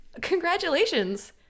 congratulations